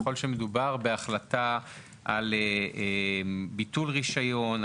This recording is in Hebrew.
ככל שמדובר בהחלטה על ביטול רישיון,